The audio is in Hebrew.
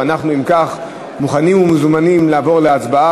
ואנחנו, אם כך, מוכנים ומזומנים לעבור להצבעה.